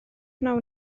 wnawn